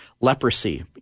leprosy